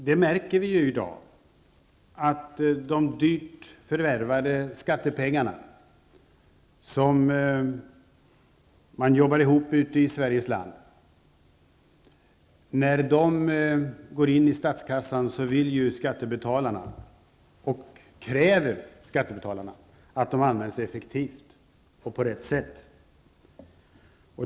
Vi märker i dag att skattebetalarna kräver att deras surt förvärvade skattepengar används effektivt och på rätt sätt när de går in i statskassan.